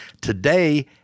Today